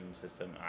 system